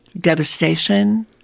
devastation